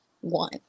one